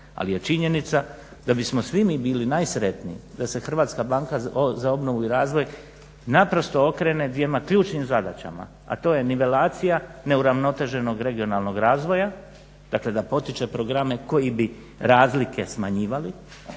ali je činjenica da bismo svi mi bili najsretniji da se HBOR naprosto okrene dvjema ključnim zadaćama, a to je nivelacija neuravnoteženog regionalnog razvoja, dakle da potiče programe koji bi razlike smanjivali